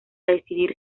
decidir